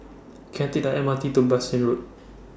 Can I Take The M R T to Bassein Road